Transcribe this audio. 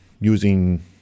using –